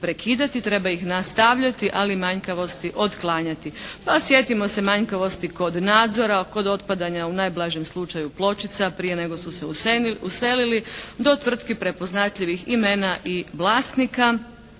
Treba ih nastavljati ali manjkavosti otklanjati. Pa sjetimo se manjkavosti kod nadzora, kod otpadanja u najblažem slučaju pločica prije nego su se uselili do tvrtki prepoznatljivih imena i vlasnika